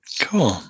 Cool